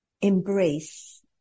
embrace